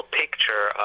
picture